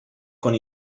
con